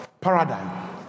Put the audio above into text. paradigm